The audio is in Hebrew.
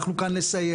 אנחנו כאן לסייע.